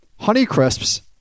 Honeycrisp's